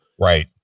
Right